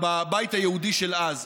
בבית היהודי של אז.